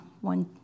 one